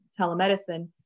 telemedicine